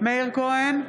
מאיר כהן,